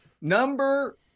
Number